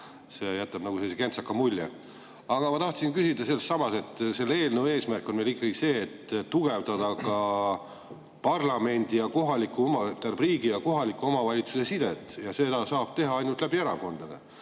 see jätab nagu sellise kentsaka mulje. Aga ma tahtsin küsida selle kohta. Selle eelnõu eesmärk on meil ikkagi see, et tugevdada ka parlamendi ja kohaliku, tähendab, riigi ja kohaliku omavalitsuse sidet, ja seda saab teha ainult erakondade